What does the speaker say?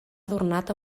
adornat